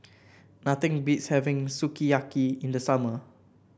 nothing beats having Sukiyaki in the summer